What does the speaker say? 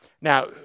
Now